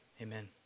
Amen